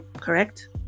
correct